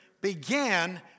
began